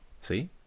see